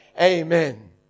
Amen